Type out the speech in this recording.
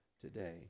today